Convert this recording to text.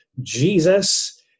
Jesus